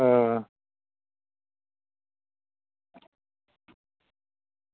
आं